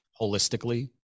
holistically